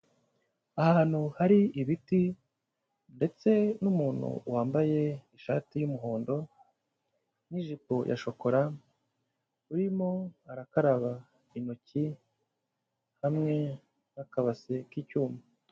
Ahantu hari ibiti ndetse n'umuntu wambaye ishati y'umuhondo n'ijipo ya shokora, urimo arakaraba intoki hamwe n'akabase k'icyuma.